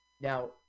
Now